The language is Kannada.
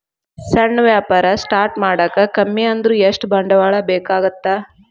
ಸಣ್ಣ ವ್ಯಾಪಾರ ಸ್ಟಾರ್ಟ್ ಮಾಡಾಕ ಕಮ್ಮಿ ಅಂದ್ರು ಎಷ್ಟ ಬಂಡವಾಳ ಬೇಕಾಗತ್ತಾ